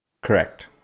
Correct